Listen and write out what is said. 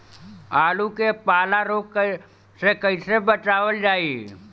आलू के पाला रोग से कईसे बचावल जाई?